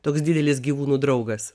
toks didelis gyvūnų draugas